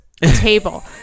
Table